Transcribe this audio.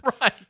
Right